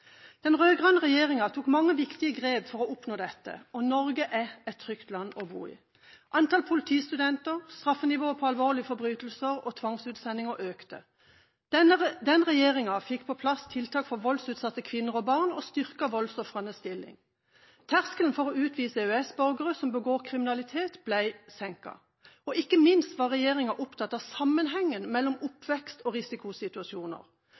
Den rød-grønne regjeringen tok mange viktige grep for å oppnå dette, og Norge er et trygt land å bo i. Antall politistudenter, straffenivået på alvorlige forbrytelser og tvangsutsendinger økte. Den regjeringen fikk på plass tiltak for voldsutsatte kvinner og barn og styrket voldsofrenes stilling. Terskelen for å utvise EØS-borgere som begår kriminalitet, ble senket. Ikke minst var regjeringen opptatt av sammenhengen mellom oppvekst og risikosituasjoner.